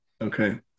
Okay